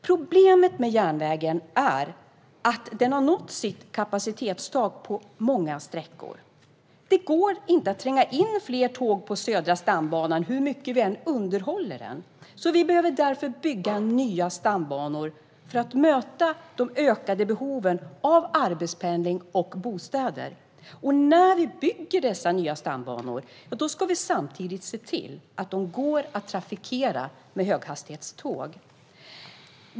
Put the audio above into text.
Problemet med järnvägen är att den har nått sitt kapacitetstak på många sträckor. Det går inte att tränga in fler tåg på Södra stambanan, hur mycket vi än underhåller den. Vi behöver bygga nya stambanor för att möta de ökade behoven av arbetspendling och bostäder. När vi bygger dessa nya stambanor ska vi samtidigt se till att de går att trafikera med höghastighetståg.